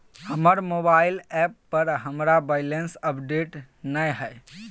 हमर mobile app पर हमरा बैलेंस अपडेट नय हय